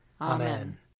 Amen